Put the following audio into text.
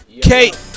Kate